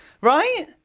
Right